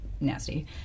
nasty